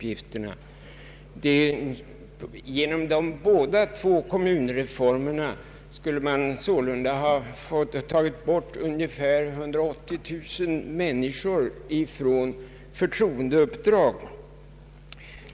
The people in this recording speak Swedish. Genom de båda kommunreformerna skulle man sålunda ha tagit ifrån ungefär 180 000 människor deras förtroendeuppdrag.